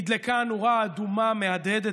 נדלקה הנורה האדומה המהדהדת,